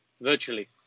virtually